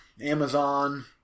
Amazon